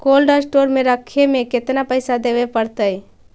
Cold store में रखे में केतना पैसा देवे पड़तै है?